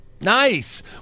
Nice